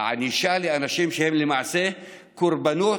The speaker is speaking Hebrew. ענישה של האנשים שהם למעשה קורבנות,